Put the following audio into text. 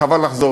חבל לחזור,